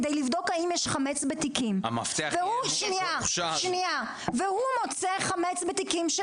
כדי לבדוק האם יש חמץ בתיקים והוא מוצא חמץ בתיקים של